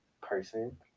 person